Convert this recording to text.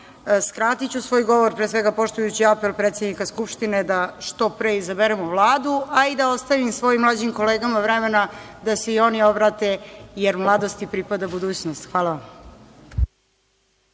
Skratiću svoj govor, pre svega, poštujući apel predsednika Skupštine da što pre izaberemo Vladu, a i da ostavim svojim mlađim kolegama vremena da se i oni obrate, jer mladosti pripada budućnost. Hvala.